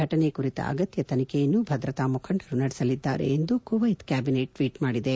ಘಟನೆ ಕುರಿತ ಅಗತ್ಯ ತನಿಖೆಯನ್ನು ಭದ್ರತಾ ಮುಖಂಡರು ನಡೆಸಲಿದ್ದಾರೆ ಎಂದು ಕುವೈತ್ ಕ್ಯಾಬಿನೆಟ್ ಟ್ವೀಟ್ ಮಾಡಿದೆ